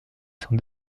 son